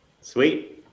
Sweet